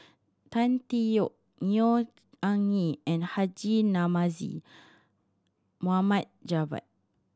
Tan Tee Yoke Neo Anngee and Haji Namazie Mohammed Javad